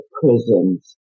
prisons